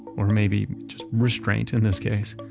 or maybe restraint in this case.